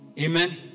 Amen